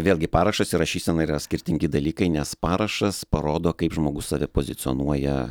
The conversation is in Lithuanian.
vėlgi parašas ir rašysena yra skirtingi dalykai nes parašas parodo kaip žmogus save pozicionuoja